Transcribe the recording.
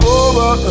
over